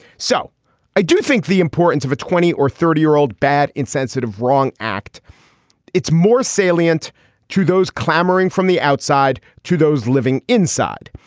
so i do think the importance of a twenty or thirty year old bad insensitive wrong act it's more salient to those clamoring from the outside to those living inside.